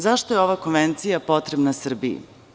Zašto je ova konvencija potrebna Srbiji?